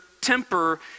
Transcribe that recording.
temper